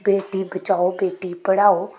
बेटी बचाओ बेटी पढ़ाओ